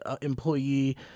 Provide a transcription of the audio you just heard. employee